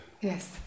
Yes